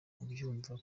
kubyumva